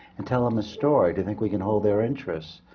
and tell them a story, to think we can hold their interest,